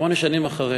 שמונה שנים אחרי,